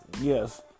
Yes